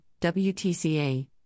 WTCA